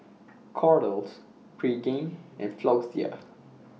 Kordel's Pregain and Floxia